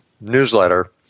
newsletter